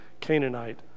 Canaanite